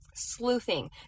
sleuthing